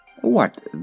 What